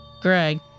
Greg